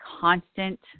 constant